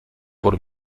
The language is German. wurde